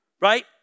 Right